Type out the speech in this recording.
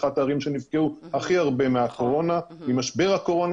אחת הערים שנפגעו הכי הרבה ממשבר הקורונה